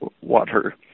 water